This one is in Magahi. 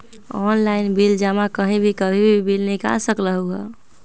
ऑनलाइन बिल जमा कहीं भी कभी भी बिल निकाल सकलहु ह?